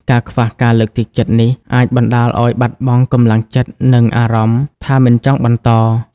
ការខ្វះការលើកទឹកចិត្តនេះ អាចបណ្តាលឲ្យបាត់បង់កម្លាំងចិត្ត និងអារម្មណ៍ថាមិនចង់បន្ត។